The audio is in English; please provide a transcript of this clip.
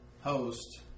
Host